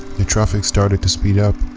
the traffic started to speed up.